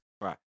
Right